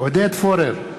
עודד פורר,